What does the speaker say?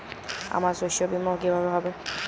আমার শস্য বীমা কিভাবে হবে?